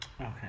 Okay